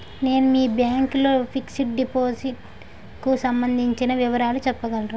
నేను మీ బ్యాంక్ లో ఫిక్సడ్ డెపోసిట్ కు సంబందించిన వివరాలు చెప్పగలరా?